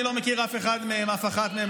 אני לא מכיר אף אחד ואחת מהם,